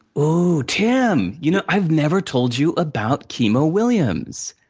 ooh, tim, you know, i never told you about kima williams.